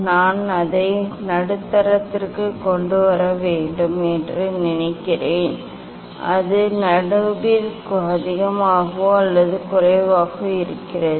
நான் அதை நடுத்தரத்திற்கு கொண்டு வர வேண்டும் என்று நினைக்கிறேன் அது நடுவில் அதிகமாகவோ அல்லது குறைவாகவோ இருக்கிறது